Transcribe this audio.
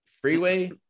freeway